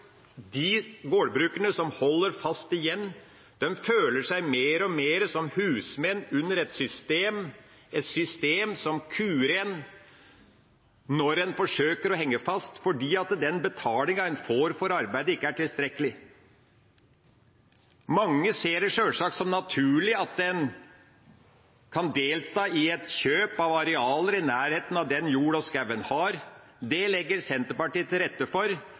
de gårdbrukerne som holder fast igjen, føler seg mer og mer som husmenn under et system, et system som kuer en når en forsøker å henge fast, fordi den betalinga en får for arbeidet, ikke er tilstrekkelig. Mange ser det sjølsagt som naturlig at en kan delta i kjøp av arealer i nærheten av den jorda og skogen en har. Det legger Senterpartiet til rette for,